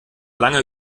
lange